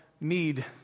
need